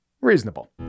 Reasonable